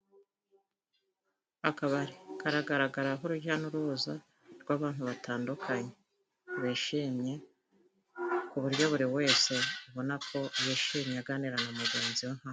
Akabari karagaragara ho urujya n'uruza rw'abantu batandukanye, Bishimye ku buryo buri wese ubona ko yishimye aganira na mugenzi we.